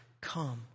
come